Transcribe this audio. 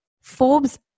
Forbes